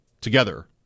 together